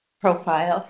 profile